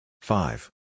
Five